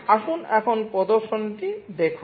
আসুন এখন প্রদর্শনীটি দেখুন